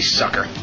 sucker